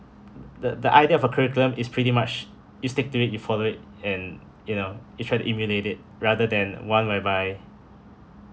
the the idea of a curriculum is pretty much you stick to it you follow it and you know you try to emulate it rather than one whereby